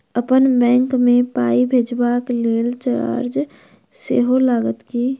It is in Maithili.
अप्पन बैंक मे पाई भेजबाक लेल चार्ज सेहो लागत की?